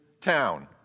town